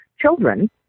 children